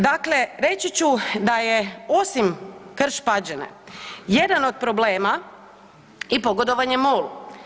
Dakle, reći ću da je osim Krš-Pađene, jedan od problema i pogodovanje MOL-u.